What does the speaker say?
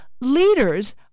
leaders